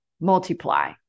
multiply